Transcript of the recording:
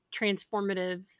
transformative